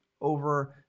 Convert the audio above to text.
over